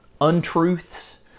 untruths